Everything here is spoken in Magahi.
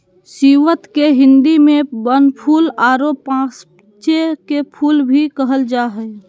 स्रीवत के हिंदी में बनफूल आरो पांसे के फुल भी कहल जा हइ